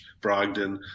Brogdon